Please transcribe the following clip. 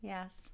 Yes